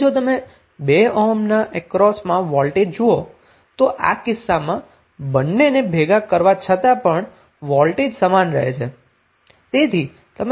હવે જો તમે 2 ઓહ્મના અક્રોસમાં વોલ્ટેજ જોવો તો આ કિસ્સામાં બંનેને ભેગા કરવા છતાં પણ વોલ્ટેજ સમાન રહે છે